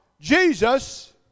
Jesus